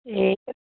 এই